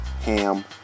Ham